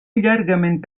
llargament